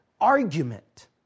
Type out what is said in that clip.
argument